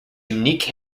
unique